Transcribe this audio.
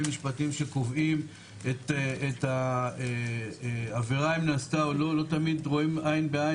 משפטיים שקובעים את העבירה אם נעשתה או לא,